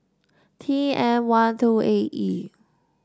T M one two A E